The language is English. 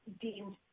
deemed